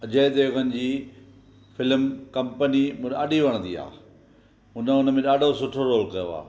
अजय देवगन जी film company मूं ॾाढी वणंदी आहे उन उन में ॾाढो सुठो रोल कयो आहे